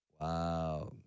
Wow